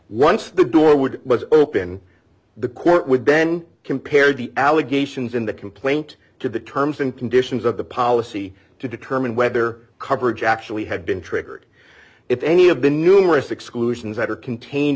once the door would open the court would then compared the allegations in the complaint to the terms and conditions of the policy to determine whether coverage actually had been triggered if any of the numerous exclusion